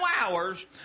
hours